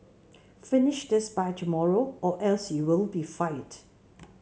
finish this by tomorrow or else you'll be fired